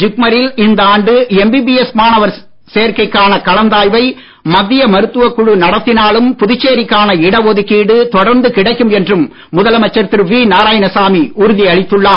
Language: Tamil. ஜிப்மரில் இந்த ஆண்டு எம்பிபிஎஸ் மாணவர் சேர்க்கைக்கான கலந்தாய்வை மத்திய மருத்துவக் குழு நடத்தினாலும் புதுச்சேரிக்கான இடஒதுக்கீடு தொடர்ந்து கிடைக்கும் என்று முதலமைச்சர் திரு வி நாராயணசாமி உறுதி அளித்துள்ளார்